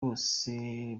bose